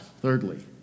thirdly